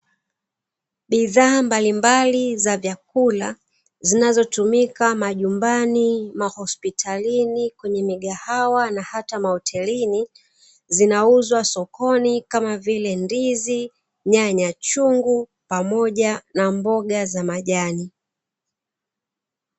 Bidhaa mbalimbali za vyakula zinazotumika majumbani, mahospitalini, kwenye migahawa hata mahotelini zinauzwa sokoni kama vile ndizi, nyanya chungu pamoja na mboga za majani.